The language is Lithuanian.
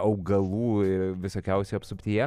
augalų visokiausių apsuptyje